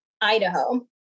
Idaho